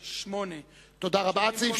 8. תודה רבה, עד מס'